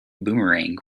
boomerang